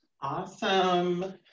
Awesome